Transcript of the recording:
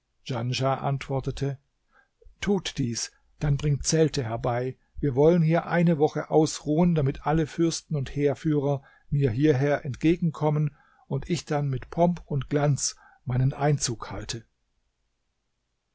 antwortete tut dies dann bringt zelte herbei wir wollen hier eine woche ausruhen damit alle fürsten und heerführer mir hierher entgegenkommen und ich dann mit pomp und glanz meinen einzug halte